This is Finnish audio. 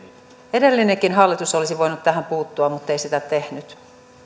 edellinenkin hallitus olisi voinut tähän puuttua mutta ei sitä tehnyt